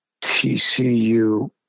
TCU